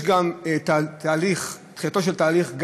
יש גם תחילתו של תהליך,